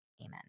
Amen